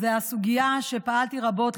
זו סוגיה שפעלתי בה רבות,